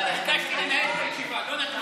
ביקשתי לנהל את הישיבה, לא נתנו